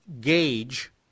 gauge